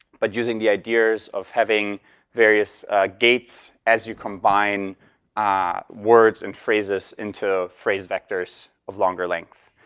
but using the ideas of having various gates as you combine words and phrases into phrase vectors of longer length.